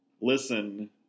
listen